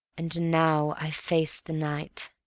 and now i face the night.